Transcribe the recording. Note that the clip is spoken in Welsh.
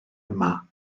yma